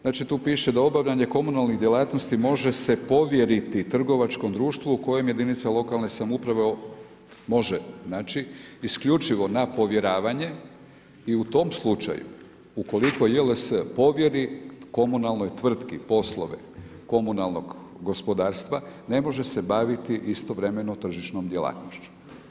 Znači tu piše da obavljanje komunalnih djelatnosti može se povjeriti trgovačkom društvu u kojem jedinice lokalne samouprave može, znači isključivo na povjeravanje i u tom slučaju ukoliko JLS povjeri komunalnoj tvrtki poslove komunalnog gospodarstva ne može se baviti istovremeno tržišnom djelatnošću.